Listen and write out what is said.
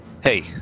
Hey